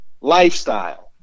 lifestyle